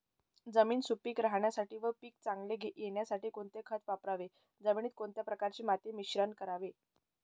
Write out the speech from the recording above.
जमीन सुपिक राहण्यासाठी व पीक चांगले येण्यासाठी कोणते खत वापरावे? जमिनीत कोणत्या प्रकारचे माती मिश्रण करावे?